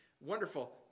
wonderful